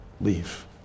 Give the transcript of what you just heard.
leave